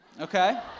Okay